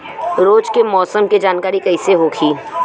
रोज के मौसम के जानकारी कइसे होखि?